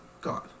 God